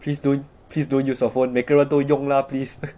please don't please don't use your phone 每个人都用 lah please